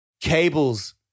cables